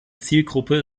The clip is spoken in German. zielgruppe